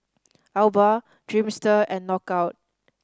Alba Dreamster and Knockout